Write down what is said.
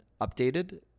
updated